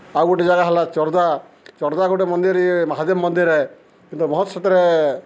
ଆଉ ଗୁଟେ ଜାଗା ହେଲା ଚର୍ଦ୍ଦା ଚର୍ଦ୍ଦା ଗୁଟେ ଇଏ ମନ୍ଦିର୍ ମହାଦେବ ମନ୍ଦିର୍ ଏ କିନ୍ତୁ ବହୁତ୍ ସେଥିରେ